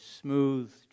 smooth